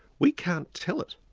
we can't tell it.